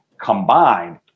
combined